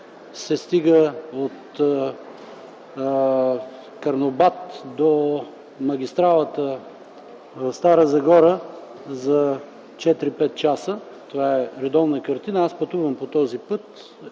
час и от Карнобат до магистралата в Стара Загора се стига за 4-5 часа – това е редовна картина. Аз пътувам по този път,